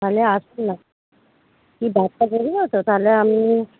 তাহলে আসুন না তাহলে আমি